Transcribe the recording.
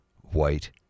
white